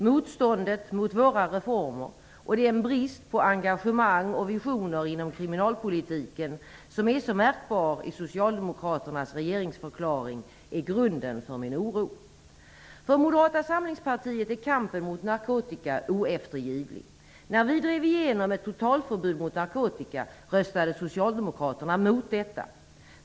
Motståndet mot våra reformer och den brist på engagemang och visioner inom kriminalpolitiken som är så märkbar i Socialdemokraternas regeringsförklaring är grunden för min oro. För Moderata samlingspartiet är kampen mot narkotika oeftergivlig. När vi drev igenom ett totalförbud mot narkotika röstade Socialdemokraterna emot detta.